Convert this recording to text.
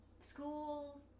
school